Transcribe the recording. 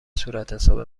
صورتحساب